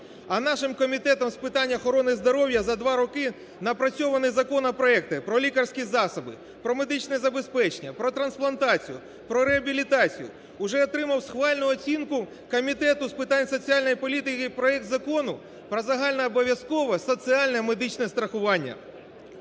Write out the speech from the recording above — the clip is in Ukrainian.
А нашим Комітетом з питань охорони здоров'я напрацьовані законопроекти про лікарські засоби, про медичне забезпечення, про трансплантацію, про реабілітацію. Уже отримав схвальну оцінку Комітету з питань соціальної політики проект Закону про загальнообов'язкове соціальне медичне страхування.